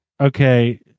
okay